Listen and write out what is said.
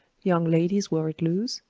young ladies wore it loose,